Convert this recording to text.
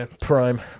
prime